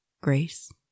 Grace